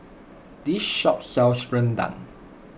this shop sells Rendang